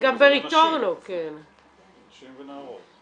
נשים ונערות.